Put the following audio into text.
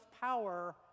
power